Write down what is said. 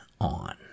on